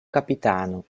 capitano